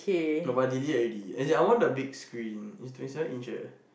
nobody already as in I like the big screen is Toshiba injure